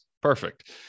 perfect